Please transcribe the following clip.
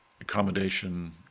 accommodation